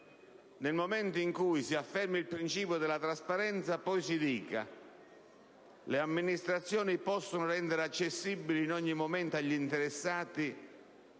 nel momento in cui si afferma il principio della trasparenza, poi si dica che le amministrazioni «possono» rendere accessibili in ogni momento agli interessati